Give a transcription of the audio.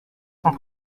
cent